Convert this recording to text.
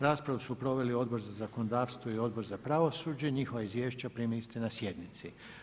Raspravu su proveli Odbor za zakonodavstvo i Odbor za pravosuđe, njihova izvješća primili ste na sjednici.